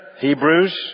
Hebrews